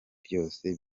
byose